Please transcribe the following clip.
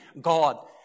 God